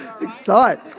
Excite